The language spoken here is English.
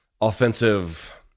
offensive